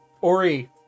Ori